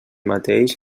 mateix